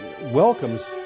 welcomes